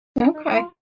Okay